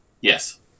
Yes